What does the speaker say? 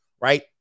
right